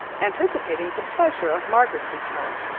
anticipating the pleasure of margaret's return,